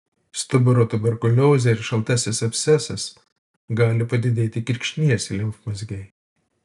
stuburo tuberkuliozė ir šaltasis abscesas gali padidėti kirkšnies limfmazgiai